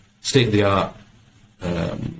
state-of-the-art